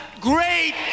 great